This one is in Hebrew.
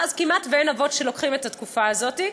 ואין כמעט אבות שלוקחים את התקופה הזאת,